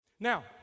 Now